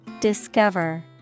Discover